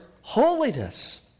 holiness